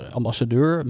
ambassadeur